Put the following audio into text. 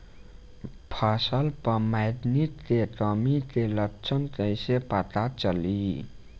फसल पर मैगनीज के कमी के लक्षण कईसे पता चली?